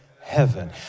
heaven